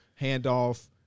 handoff